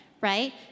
right